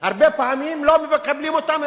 הרבה פעמים לא מקבלים אותן,